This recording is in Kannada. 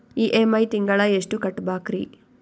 ಇ.ಎಂ.ಐ ತಿಂಗಳ ಎಷ್ಟು ಕಟ್ಬಕ್ರೀ?